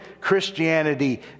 Christianity